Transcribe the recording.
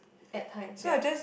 at times ya